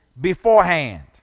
beforehand